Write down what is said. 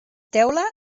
teula